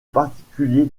particulier